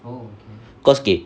cause okay